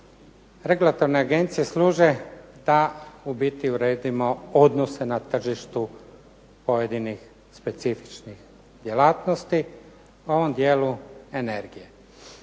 Regulatorne agencije služe da u biti uredimo odnose na tržištu pojedinih specifičnih djelatnosti u ovom dijelu energije.